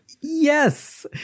Yes